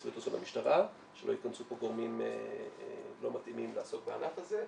לשביעות רצון המשטרה שלא ייכנסו פה גורמים לא מתאימים לעסוק בענף הזה.